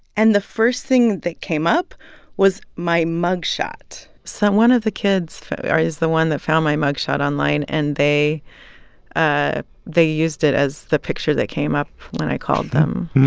and the first thing that came up was my mug shot so one of the kids is the one that found my mug shot online. and they ah they used it as the picture that came up when i called them